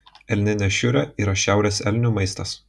elninė šiurė yra šiaurės elnių maistas